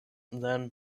then